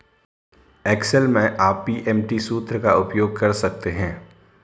Excel में आप PMT सूत्र का उपयोग कर सकते हैं